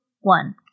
one